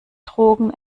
drogen